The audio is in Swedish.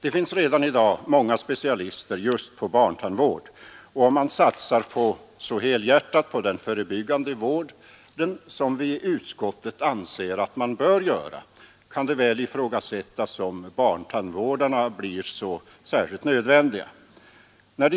Det finns redan i dag många specialister just på barntandvård, och om man satsar så helhjärtat på den förebyggande vården, som vi i utskottet anser att man bör göra, kan det väl ifrågasättas om barntandvårdarna blir så nödvändiga.